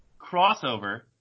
crossover